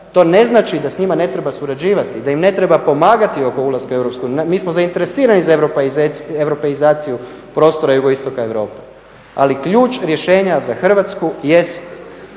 To ne znači da sa njima ne treba surađivati i da im ne treba pomagati oko ulaska u Europsku uniju. Mi smo zainteresirani za europeizaciju prostora jugoistoka Europe ali ključ rješenja za Hrvatsku jest